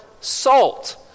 salt